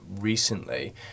recently